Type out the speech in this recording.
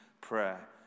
prayer